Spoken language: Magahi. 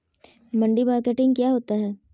मंडी मार्केटिंग क्या होता है?